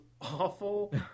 awful